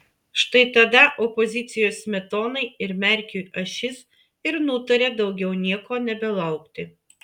štai tada opozicijos smetonai ir merkiui ašis ir nutarė daugiau nieko nebelaukti